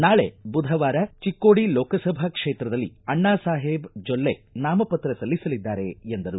ನಾಳೆ ಬುಧವಾರ ಚಿಕ್ಕೋಡಿ ಲೋಕಸಭಾ ಕ್ಷೇತ್ರದಲ್ಲಿ ಅಣ್ಣಾಸಾಹೇಬ್ ಜೊಲ್ಲೆ ನಾಮಪತ್ರ ಸಲ್ಲಿಸಲಿದ್ದಾರೆ ಎಂದರು